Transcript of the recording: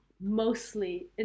mostly